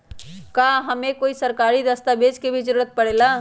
का हमे कोई सरकारी दस्तावेज के भी जरूरत परे ला?